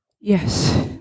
Yes